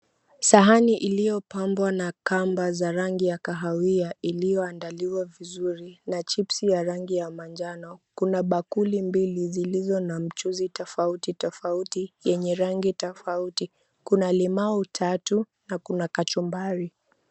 Sahani iliyopambwa na kamba za rangi ya kahawia iliyoandaliwa vizuri na chipsi ya rangi ya manjano kuna bakuli mbili zilizo na mchuzi tofauti tofauti yenye rangi tofauti, kuna limau tatu na kuna kachumbari.